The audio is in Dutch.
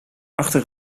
achter